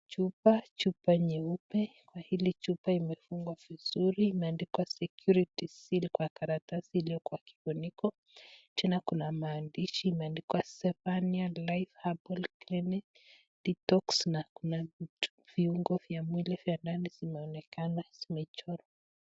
Chupa, chupa nyeupe. Kwa hili chupa imefungwa vizuri, imeandikwa security seal kwa karatasi iliyoko kwa kifuniko. Tena kuna maandishi, imeandikwa Zephania Life Herbal Clinic Detox , na kuna viungo vya mwili vya ndani vimeonekana, vimechorwa.